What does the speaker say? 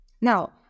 Now